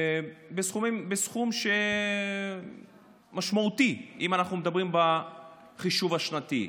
סכום משמעותי, אם אנחנו מדברים על החישוב השנתי.